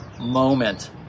moment